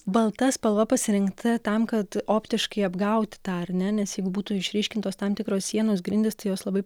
balta spalva pasirinkta tam kad optiškai apgauti tą ar ne nes jeigu būtų išryškintos tam tikros sienos grindys tai jos labai